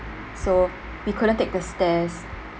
so we couldn't take the stairs